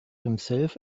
himself